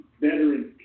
veterans